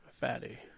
Fatty